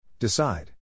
Decide